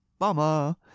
Bama